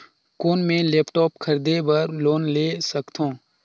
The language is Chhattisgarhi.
कौन मैं लेपटॉप खरीदे बर लोन ले सकथव?